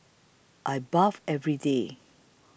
I bath every day